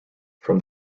from